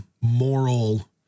moral